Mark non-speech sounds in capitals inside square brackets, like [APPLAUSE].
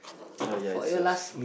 [NOISE] oh ya it's yours